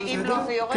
ואם לא, זה יורד?